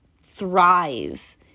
thrive